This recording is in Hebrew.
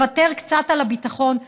לוותר קצת על הביטחון,